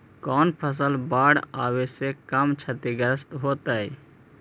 कौन फसल बाढ़ आवे से कम छतिग्रस्त होतइ?